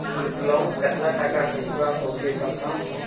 Loan कतला टाका भेजुआ होबे बताउ?